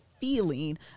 feeling